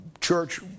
church